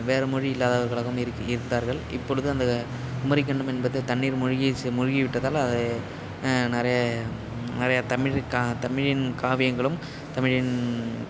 வேறு மொழி இல்லாதவர்களாகவும் இருக்கி இருந்தார்கள் இப்பொழுது அந்த குமரிக்கண்டம் என்பது தண்ணிர் மூழ்கி மூழ்கி விட்டதால் அது நிறைய நிறைய தமிழுக்கா தமிழின் காவியங்களும் தமிழின்